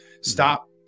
stop